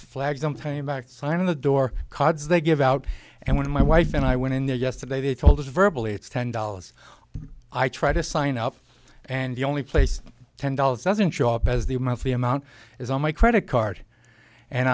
something about sign on the door cards they give out and when my wife and i went in there yesterday they told us verbal it's ten dollars i try to sign up and the only place ten dollars doesn't show up as the monthly amount is on my credit card and